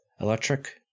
Electric